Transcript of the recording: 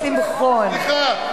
שמחון,